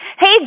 Hey